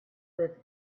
with